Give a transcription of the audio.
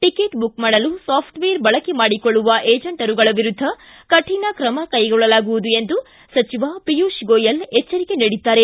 ticket book ಮಾಡಲು software ಬಳಕೆ ಮಾಡಿಕೊಳ್ಳುವ ಏಜಂಟ್ರುಗಳ ವಿರುದ್ದ ಕಠಿಣ ಕ್ರಮ ಕೈಗೊಳ್ಳಲಾಗುವುದು ಎಂದು ಸಚಿವ ಪಿಯುಷ್ ಗೋಯಲ್ ಎಚ್ಚರಿಕೆ ನೀಡಿದ್ದಾರೆ